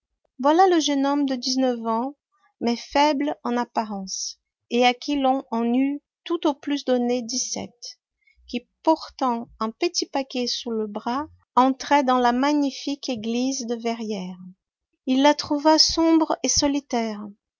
voilà le jeune homme de dix-neuf ans mais faible en apparence et à qui l'on en eût tout au plus donné dix-sept qui portant un petit paquet sous le bras entrait dans la magnifique église de verrières il la trouva sombre et solitaire